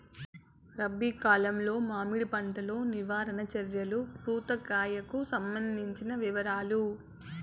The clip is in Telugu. రబి కాలంలో మామిడి పంట లో నివారణ చర్యలు పూత కాయలకు సంబంధించిన వివరాలు?